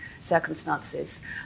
circumstances